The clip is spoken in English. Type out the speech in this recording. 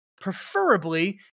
preferably